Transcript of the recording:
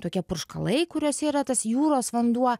tokie purškalai kuriuose yra tas jūros vanduo